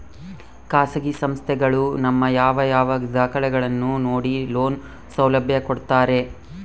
ಖಾಸಗಿ ಸಂಸ್ಥೆಗಳು ನಮ್ಮ ಯಾವ ಯಾವ ದಾಖಲೆಗಳನ್ನು ನೋಡಿ ಲೋನ್ ಸೌಲಭ್ಯ ಕೊಡ್ತಾರೆ?